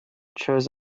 chose